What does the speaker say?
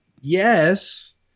yes